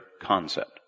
concept